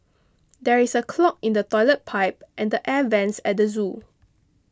there is a clog in the Toilet Pipe and the Air Vents at the zoo